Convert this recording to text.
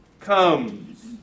comes